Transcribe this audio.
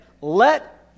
Let